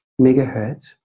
megahertz